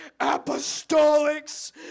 apostolics